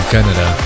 Canada